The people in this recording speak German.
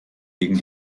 gegen